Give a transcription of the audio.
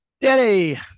Daddy